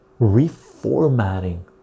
reformatting